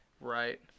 right